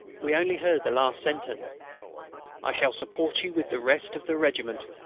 we only heard the last sentence i shall support you with the rest of the regiment.